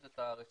יש את הרשימה,